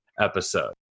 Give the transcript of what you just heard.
episode